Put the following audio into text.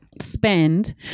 spend